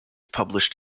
published